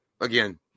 again